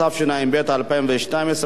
התשע"ב 2012,